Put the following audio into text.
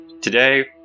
Today